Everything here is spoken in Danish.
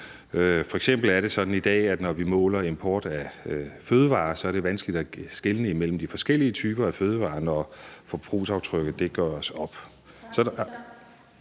F.eks. er det sådan i dag, at når vi måler import af fødevarer, er det vanskeligt at skelne imellem de forskellige typer af fødevarer, når forbrugsaftrykket gøres op.